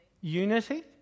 Unity